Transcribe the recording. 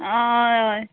आं हय हय